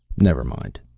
never mind.